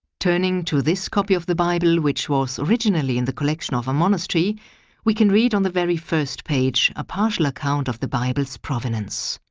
turning to this copy of the bible which was originally in the collection of a monastery we can read on the very first page a partial account of the bible's provenance.